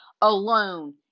alone